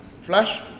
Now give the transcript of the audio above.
Flash